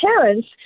parents